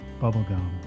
Bubblegum